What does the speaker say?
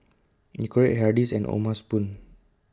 Nicorette Hardy's and O'ma Spoon